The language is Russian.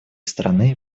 страны